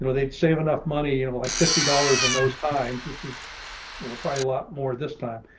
but they'd save enough money and like fifty dollars in those times, which was, you know, probably a lot more. this time,